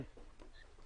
בבקשה.